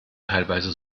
teilweise